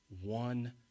one